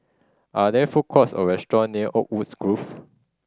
are there food courts or restaurant near Oakwood's Grove